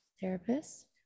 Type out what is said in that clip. therapist